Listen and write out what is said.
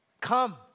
Come